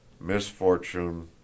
Misfortune